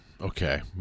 Okay